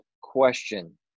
question